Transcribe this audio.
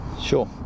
Sure